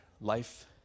life